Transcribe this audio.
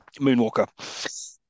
Moonwalker